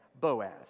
Boaz